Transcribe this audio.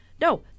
no